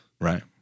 Right